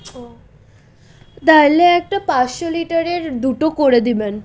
ও তাহলে একটা পাঁচশো লিটারের দুটো করে দেবেন